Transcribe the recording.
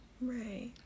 right